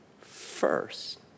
first